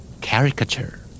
Caricature